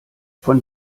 von